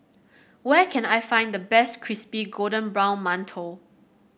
where can I find the best Crispy Golden Brown Mantou